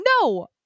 No